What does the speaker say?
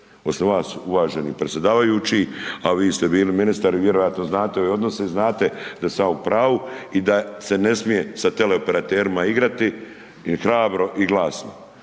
osim vas, uvaženi predsjedavajući, a vi ste bili ministar i vjerojatno znate odnose znate da sam ja u pravu i da se ne smije sa teleoperaterima igrati i hrabro i glasno.